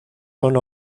son